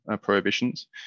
prohibitions